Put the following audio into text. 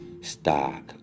stock